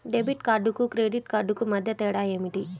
Debit కార్డుకు credit కార్డుకు మధ్య తేడా ఏమిటీ?